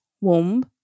womb